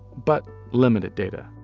but limited data.